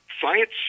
Science